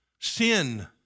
Sin